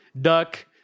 duck